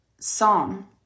Psalm